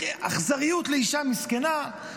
אכזריות לאישה מסכנה.